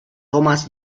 thomas